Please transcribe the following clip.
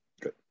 Good